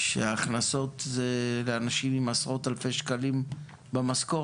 שההכנסות זה לאנשים עם עשרות אלפי שקלים במשכורת.